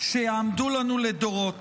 שיעמדו לנו לדורות.